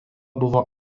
buvo